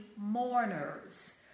Mourners